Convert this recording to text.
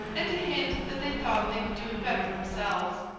and to hint that they thought they could do it better themselves.